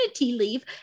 leave